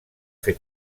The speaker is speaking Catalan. fer